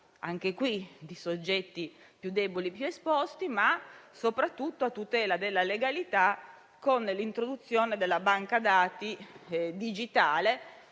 a tutela dei soggetti più deboli e più esposti, ma soprattutto della legalità, con l'introduzione della banca dati digitale.